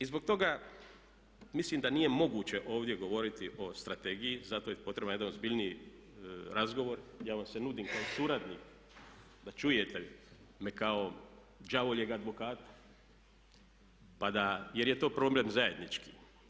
I zbog toga mislim da nije moguće ovdje govoriti o strategiji zato je potreban jedan ozbiljniji razgovor, ja vam se nudim kao suradnik da čujete me kao đavoljeg advokata pa da, jer je to problem zajednički.